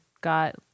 got